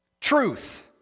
Truth